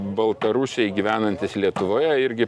baltarusiai gyvenantys lietuvoje irgi